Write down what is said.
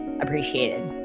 appreciated